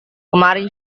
kemarin